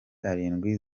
arindwi